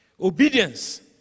Obedience